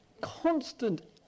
constant